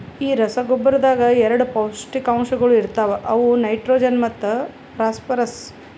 ಈ ರಸಗೊಬ್ಬರದಾಗ್ ಎರಡ ಪೌಷ್ಟಿಕಾಂಶಗೊಳ ಇರ್ತಾವ ಅವು ನೈಟ್ರೋಜನ್ ಮತ್ತ ಫಾಸ್ಫರ್ರಸ್